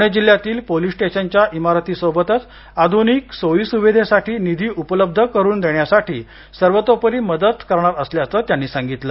पुणे जिल्ह्यातील पोलीस स्टेशनच्या इमारतीसोबतच आधुनिक सोईसुविधेसाठी निधी उपलब्ध करून देण्यासाठी सर्वतोपरी मदत करणार असल्याचेही त्यांनी सांगितले